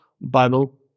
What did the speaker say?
Bible